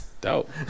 Dope